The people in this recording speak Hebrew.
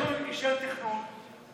משרד התכנון אישר תכנון,